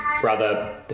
brother